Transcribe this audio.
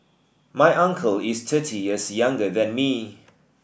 my uncle is thirty years younger than me